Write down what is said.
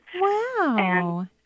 Wow